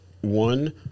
one